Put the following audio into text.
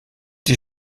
die